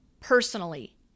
personally